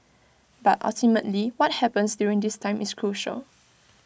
but ultimately what happens during this time is crucial